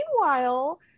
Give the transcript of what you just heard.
meanwhile